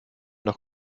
noch